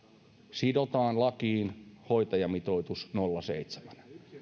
sidotaan lakiin hoitajamitoitus nolla pilkku seitsemään